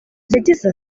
yagize